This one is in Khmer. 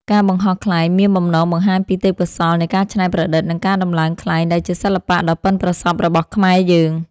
ការបង្ហោះខ្លែងមានបំណងបង្ហាញពីទេពកោសល្យនៃការច្នៃប្រឌិត និងការដំឡើងខ្លែងដែលជាសិល្បៈដ៏ប៉ិនប្រសប់របស់ខ្មែរយើង។